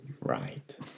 Right